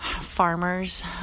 farmers